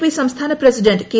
P സംസ്ഥാന president K